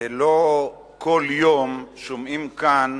ולא כל יום שומעים כאן